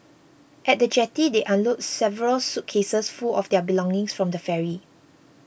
at the jetty they unload several suitcases full of their belonging from the ferry